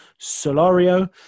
Solario